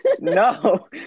No